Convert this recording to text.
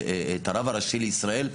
את הרב הראשי לישראל,